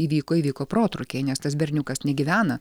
įvyko įvyko protrūkiai nes tas berniukas negyvena